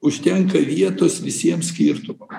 užtenka vietos visiems skirtumam